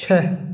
छः